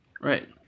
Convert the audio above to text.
Right